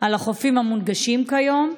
על החופים המונגשים כיום?